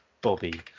bobby